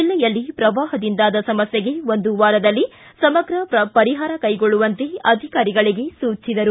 ಜಿಲ್ಲೆಯಲ್ಲಿ ಪ್ರವಾಹದಿಂದಾದ ಸಮಸ್ಥೆಗೆ ಒಂದು ವಾರದಲ್ಲಿ ಸಮಗ್ರ ಪರಿಹಾರ ಕೈಗೊಳ್ಳುವಂತೆ ಅಧಿಕಾರಿಗಳಿಗೆ ಸೂಚನೆ ನೀಡಿದರು